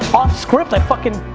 off script i fuckin',